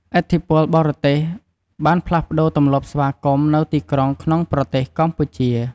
ឥទ្ធិពលបរទេសបានផ្លាស់ប្តូរទម្លាប់ស្វាគមន៍នៅទីក្រុងក្នុងប្រទេសកម្ពុជា។